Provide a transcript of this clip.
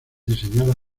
diseñadas